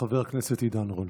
חבר הכנסת עידן רול.